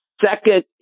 second